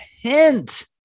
hint